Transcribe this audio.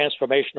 transformational